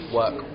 work